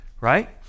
right